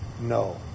No